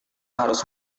harus